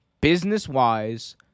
Business-wise